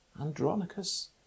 Andronicus